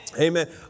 Amen